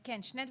כן, שני דברים.